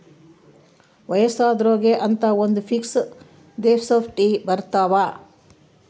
ವಯಸ್ಸಾದೊರ್ಗೆ ಅಂತ ಒಂದ ಫಿಕ್ಸ್ ದೆಪೊಸಿಟ್ ಬರತವ